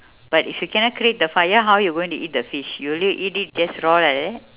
but if you cannot create the fire how you going to eat the fish you will you eat it just raw like that